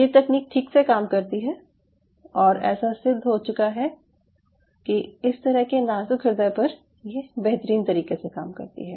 ये तकनीक ठीक से काम करती है और ऐसा सिद्ध हो चुका है कि इस तरह के नाज़ुक़ हृदय पर ये बेहतरीन तरीके से काम करती है